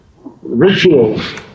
Rituals